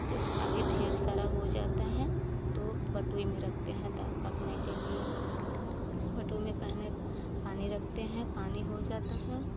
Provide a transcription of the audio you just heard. जब आगे ढेर सारा हो जाता हैं तो बटोई में रखते हैं दाल पकने के लिए बटोई में पहले पानी रखते हैं पानी हो जाता है